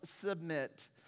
submit